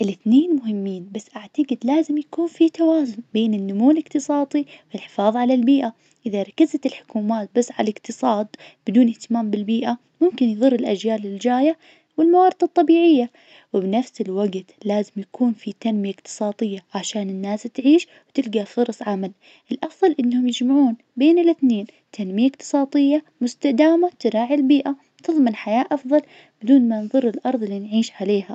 الاتنين مهمين بس أعتقد لازم يكون في توازن بين النمو الإقتصادي والحفاظ على البيئة. إذا ركزت الحكومات بس على الإقتصاد بدون اهتمام بالبيئة ممكن يظر الأجيال الجاية والموارد الطبيعية، وبنفس الوقت لازم يكون في تنمية إقتصادية وعشان الناس تعيش وتلقى فرص عمل. الأفظل إنهم يجمعون بين الاتنين تنمية إقتصادية مستدامة تراعي البيئة وتظمن حياة أفضل بدون ما نظر الأرظ اللي نعيش عليها.